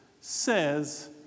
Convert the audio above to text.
says